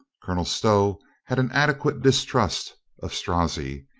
colonel stow had an adequate distrust of strozzi.